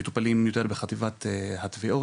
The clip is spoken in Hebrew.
מטופלים יותר בחטיבת התביעות,